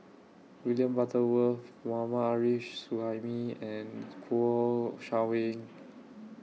William Butterworth Mohammad Arif Suhaimi and Kouo Shang Wei